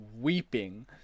weeping